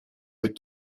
would